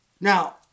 Now